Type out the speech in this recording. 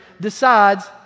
decides